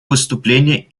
выступление